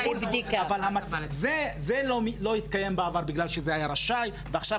זה לא התקיים בעבר בגלל שזה היה "רשאי" ועכשיו